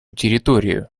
территорию